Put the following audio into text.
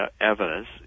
evidence